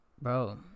Bro